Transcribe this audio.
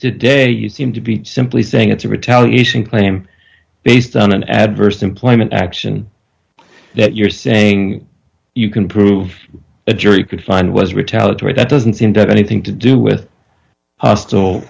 today you seem to be simply saying it's a retell using claim based on an adverse employment action that you're saying you can prove a jury could find was retaliatory that doesn't seem to have anything to do with